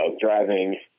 driving